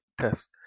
test